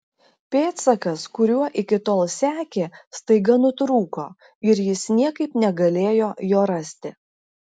pėdsakas kuriuo iki tol sekė staiga nutrūko ir jis niekaip negalėjo jo rasti